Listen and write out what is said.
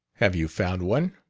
have you found one?